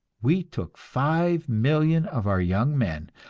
we took five million of our young men,